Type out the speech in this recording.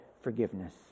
forgiveness